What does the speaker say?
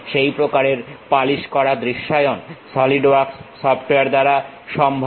সেই প্রকারের পালিশ করা দৃশ্যায়ন সলিড ওয়ার্কস সফটওয়্যার দ্বারা সম্ভব